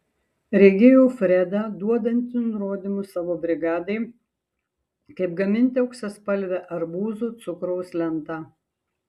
regėjau fredą duodantį nurodymus savo brigadai kaip gaminti auksaspalvę arbūzų cukraus lentą